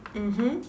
mmhmm